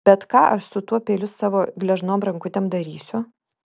bet ką aš su tuo peiliu savo gležnom rankutėm darysiu